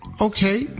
Okay